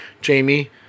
Jamie